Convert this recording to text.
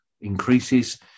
increases